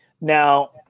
Now